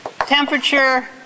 temperature